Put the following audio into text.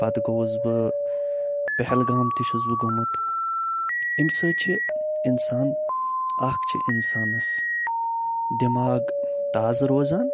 پتہٕ گوٚوُس بہٕ پہلگام تہِ چھُس بہٕ گوٚمُت اَمہِ سۭتۍ چھِ اِنسان اکھ چھِ اِنسانس دٮ۪ماغ تازٕ روزان